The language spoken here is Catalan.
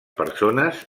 persones